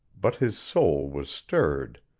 but his soul was stirred.